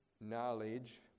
knowledge